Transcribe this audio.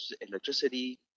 electricity